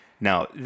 Now